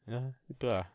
ya gitu lah